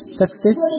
success